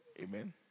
Amen